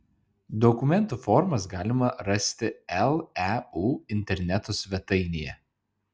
dokumentų formas galima rasti leu interneto svetainėje